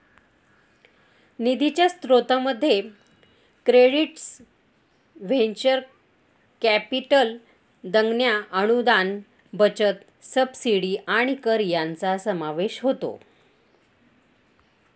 निधीच्या स्त्रोतांमध्ये credits venture capital देणग्या अनुदान बचत सबसिडी आणि कर यांचा समावेश होतो